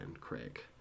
Craig